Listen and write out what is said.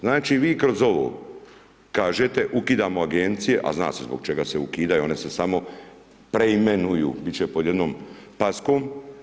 Znači, vi kroz ovo kažete ukidamo Agencije, a zna se zbog čega se ukidaju, one se samo preimenuju, biti će pod jednom paskom.